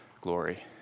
glory